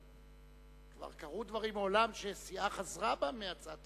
כבר קרו דברים מעולם שסיעה חזרה בה מהצעת